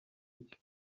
icyo